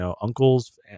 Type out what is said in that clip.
uncles